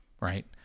right